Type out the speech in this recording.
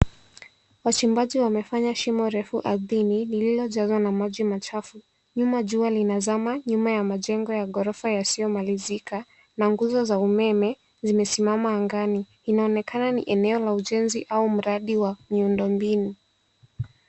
Wachimbaji wamefanya shimo refu ardhini lililo jazwa na maji machafu. Nyuma jua linazama, nyuma ya majengo ya gorofa yasio malizika, na nguzo za umeme zimesimama angani. Inaonekana ni eneo la ujenzi au mradi wa miundombinu.